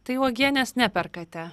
tai uogienės neperkate